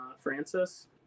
Francis